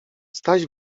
staś